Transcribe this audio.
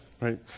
right